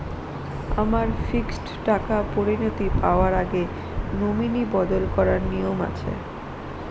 আমার ফিক্সড টাকা পরিনতি পাওয়ার আগে নমিনি বদল করার নিয়ম আছে?